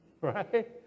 Right